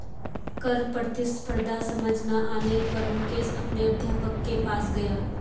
कर प्रतिस्पर्धा समझ ना आने पर मुकेश अपने अध्यापक के पास गया